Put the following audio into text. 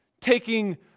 Taking